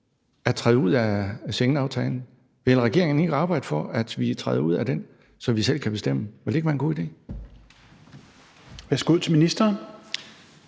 at træde ud af Schengenaftalen? Vil regeringen ikke arbejde for, at vi træder ud af den, så vi selv kan bestemme? Ville det ikke være en god idé?